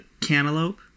cantaloupe